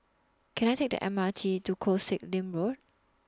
Can I Take The M R T to Koh Sek Lim Road